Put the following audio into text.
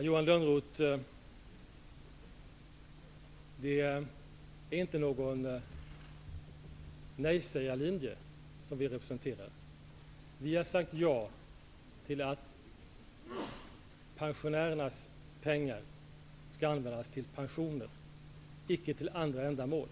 Herr talman! Det är inte någon nejsägarlinje som vi representerar, Johan Lönnroth. Vi har sagt ja till att pensionärernas pengar skall användas till pensioner, icke till andra ändamål.